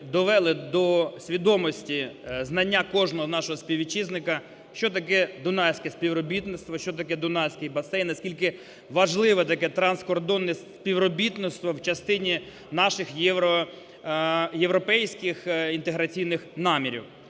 довели до свідомості знання кожного нашого співвітчизника, що таке дунайське співробітництво, що таке Дунайський басейн і наскільки важливе таке транскордонне співробітництво в частині наших європейських інтеграційних намірів.